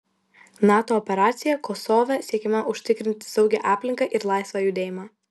nato operacija kosove siekiama užtikrinti saugią aplinką ir laisvą judėjimą